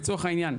לצורך העניין,